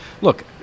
look